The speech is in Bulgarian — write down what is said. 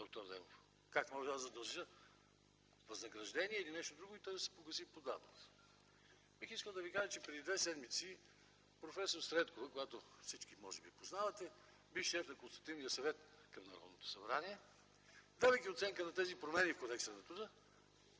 Как мога аз да дължа възнаграждение или нещо друго, и то да се погаси по давност?! Бих искал да кажа, че преди две седмици професор Средков, когото всички може би познавате, бивш шеф на Консултативния съвет към Народното събрание, давайки оценка на тези промени в Кодекса на труда,